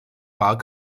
war